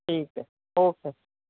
ठीक है ओके